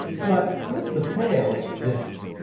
but with the pail it was different.